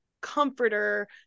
comforter